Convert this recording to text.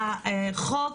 שהחוק